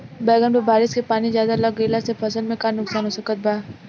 बैंगन पर बारिश के पानी ज्यादा लग गईला से फसल में का नुकसान हो सकत बा?